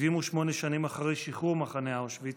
78 שנים אחרי שחרור מחנה אושוויץ,